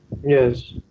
Yes